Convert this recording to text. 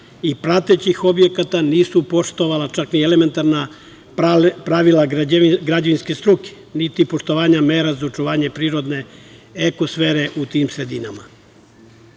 i pratećih objekata nisu poštovala čak ni elementarna pravila građevinske struke, niti poštovanja mera za očuvanje prirodne ekosfere u tim sredinama.U